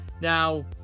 Now